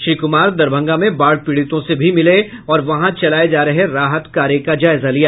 श्री कुमार दरभंगा में बाढ़ पीड़ितों से भी मिले और वहां चलाये जा रहे राहत कार्य का जायजा लिया